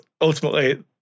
ultimately